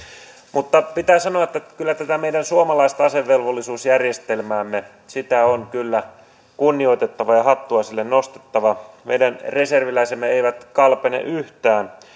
mutta pitää sanoa että että kyllä tätä meidän suomalaista asevelvollisuusjärjestelmäämme on kunnioitettava ja hattua sille nostettava meidän reserviläisemme eivät kalpene yhtään